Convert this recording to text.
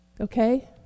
Okay